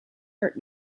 hurt